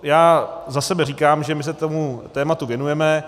Já za sebe říkám, že my se tomu tématu věnujeme.